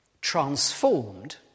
transformed